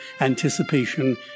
anticipation